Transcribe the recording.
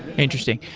interesting.